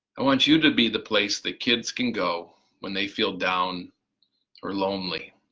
i want you to be the place that kids can go when they feel down or lonely.